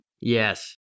yes